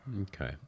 Okay